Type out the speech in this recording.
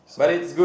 so I'm